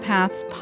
Paths